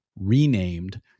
renamed